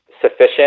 sufficient